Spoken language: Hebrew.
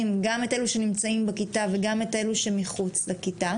גם את אלו שנמצאים בכיתה וגם את אלו שמחוץ לכיתה,